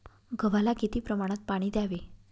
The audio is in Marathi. गव्हाला किती प्रमाणात पाणी द्यावे?